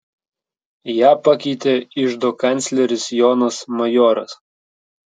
ją pakeitė iždo kancleris jonas majoras